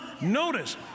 Notice